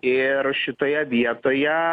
ir šitoje vietoje